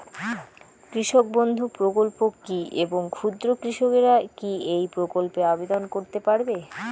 কৃষক বন্ধু প্রকল্প কী এবং ক্ষুদ্র কৃষকেরা কী এই প্রকল্পে আবেদন করতে পারবে?